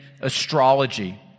astrology